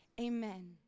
amen